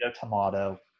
tomato